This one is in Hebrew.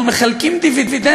אנחנו בסך הכול מחלקים דיבידנדים,